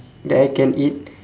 that I can eat